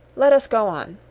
let us go on.